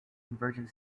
convergent